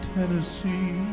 Tennessee